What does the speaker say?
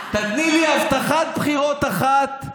תיתני לי הבטחת בחירות אחת,